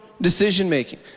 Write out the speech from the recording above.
decision-making